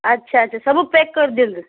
ଆଚ୍ଛା ଆଚ୍ଛା ସବୁ ପ୍ୟାକ୍ କରି ଦିଅନ୍ତୁ